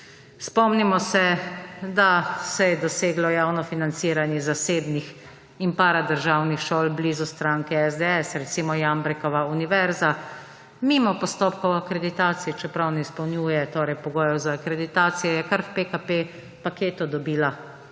Spomnimo se, da se je doseglo javno financiranje zasebnih in para državnih šol blizu stranke SDS, recimo Jambrekova univerza, mimo postopkov akreditacij, čeprav ne izpolnjuje, torej, pogojev za akreditacije, je kar v PKP paketu dobila to